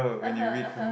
(uh huh) (uh huh)